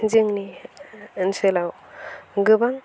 जोंनि ओनसोलाव गोबां